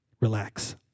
Relax